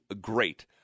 great